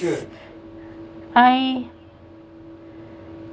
I